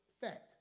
fact